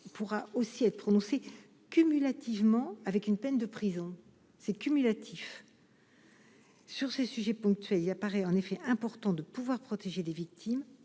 pourra aussi être prononcer cumulativement avec une peine de prison c'est cumulatif. Et c'est. Sur ces sujets ponctuels il y apparaît en effet important de pouvoir protéger des victimes